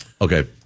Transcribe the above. Okay